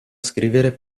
scrivere